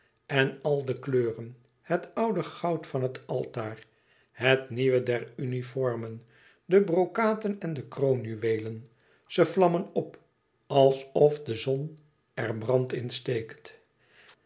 en al de kleuren het oude goud van het altaar het nieuwe der uniformen de brokaten en de kroonjuweelen ze vlammen op alsof de zon er de brand